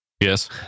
yes